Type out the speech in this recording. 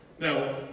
Now